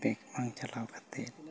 bank ᱵᱟᱝ ᱪᱟᱞᱟᱣ ᱠᱟᱛᱮᱫ